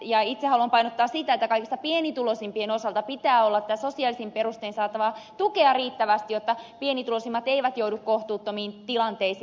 itse haluan painottaa sitä että kaikista pienituloisimpien osalta pitää olla sosiaalisin perustein saatavaa tukea riittävästi jotta pienituloisimmat eivät joudu kohtuuttomiin tilanteisiin